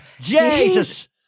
Jesus